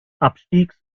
abstiegs